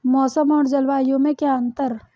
मौसम और जलवायु में क्या अंतर?